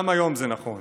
גם היום זה נכון.